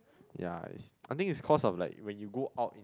ya it's I think it's cause of like when you go out in